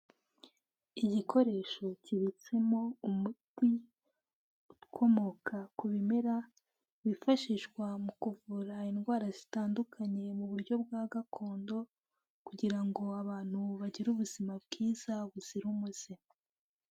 Igikoresho kibitsemo umuti ukomoka ku bimera, wifashishwa mu kuvura indwara zitandukanye mu buryo bwa gakondo, kugira ngo abantu bagire ubuzima bwiza buzira umuze.